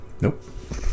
Nope